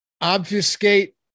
obfuscate